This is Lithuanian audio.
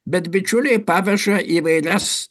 bet bičiuliai paveža įvairias